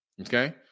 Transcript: Okay